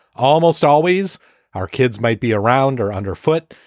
almost always our kids might be around or under foot,